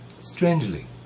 strangely